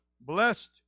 Blessed